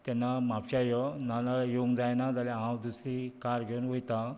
तेन्ना म्हापशा यो ना ना येवंक जायना जाल्या हांव दुसरी कार घेवन वयता